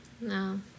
no